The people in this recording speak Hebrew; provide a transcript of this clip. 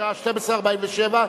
בשעה 12:47,